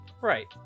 right